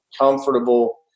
comfortable